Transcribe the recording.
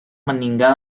meninggal